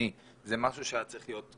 זה אומר שהענף הזה הוא חיוני.